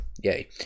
yay